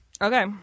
okay